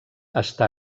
està